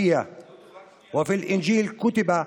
ובברית החדשה נכתב: